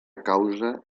causa